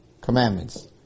commandments